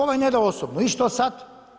Ovaj ne da osobnu i što sad?